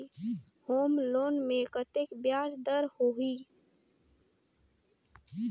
Home loan मे कतेक ब्याज दर होही?